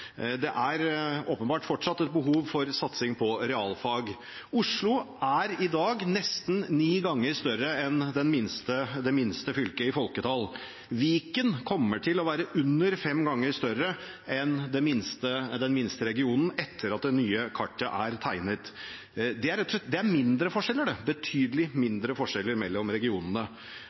Det er åpenbart fortsatt et behov for satsing på realfag. Oslo er i dag nesten ni ganger større i folketall enn det minste fylket. Viken kommer til å være under fem ganger større enn den minste regionen etter at det nye kartet er tegnet. Det er betydelig mindre forskjeller mellom regionene.